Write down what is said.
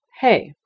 hey